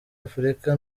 afurika